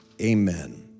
Amen